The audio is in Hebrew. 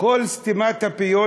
כל סתימת הפיות,